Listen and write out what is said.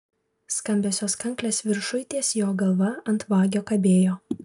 skambiosios kanklės viršuj ties jo galva ant vagio kabėjo